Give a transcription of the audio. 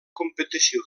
competició